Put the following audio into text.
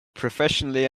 professionally